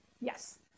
Yes